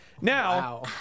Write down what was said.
Now